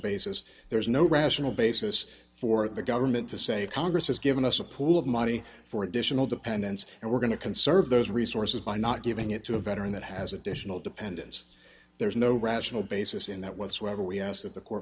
basis there's no rational basis for the government to say congress has given us a pool of money for additional dependents and we're going to conserve those resources by not giving it to a veteran that has additional dependents there is no rational basis in that whatsoever we ask that the co